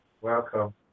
Welcome